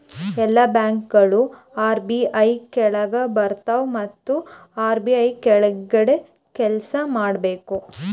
ಎಲ್ಲಾ ಬ್ಯಾಂಕ್ಗೋಳು ಆರ್.ಬಿ.ಐ ಕೆಳಾಗೆ ಬರ್ತವ್ ಮತ್ ಆರ್.ಬಿ.ಐ ಹೇಳ್ದಂಗೆ ಕೆಲ್ಸಾ ಮಾಡ್ಬೇಕ್